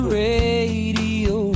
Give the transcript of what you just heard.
radio